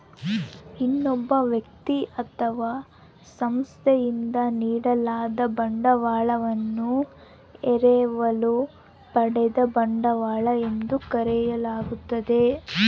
ಇನ್ನೊಬ್ಬ ವ್ಯಕ್ತಿ ಅಥವಾ ಸಂಸ್ಥೆಯಿಂದ ನೀಡಲಾದ ಬಂಡವಾಳವನ್ನು ಎರವಲು ಪಡೆದ ಬಂಡವಾಳ ಎಂದು ಕರೆಯಲಾಗ್ತದ